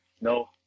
no